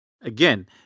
again